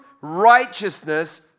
righteousness